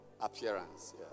appearance